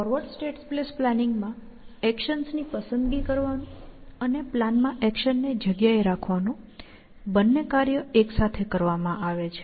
forward state space પ્લાનિંગમાં actions ની પસંદગી કરવાનું અને પ્લાનમાં એક્શન્સ ને જગ્યા એ રાખવાનું બંને કાર્ય એક સાથે કરવામાં આવે છે